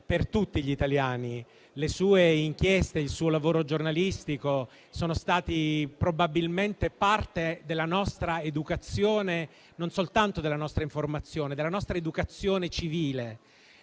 per tutti gli italiani. Le sue inchieste e il suo lavoro giornalistico sono stati probabilmente parte della nostra educazione civile, e non soltanto della nostra informazione, toccando spesso questioni che